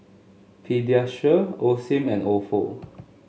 Pediasure Osim and Ofo